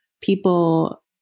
people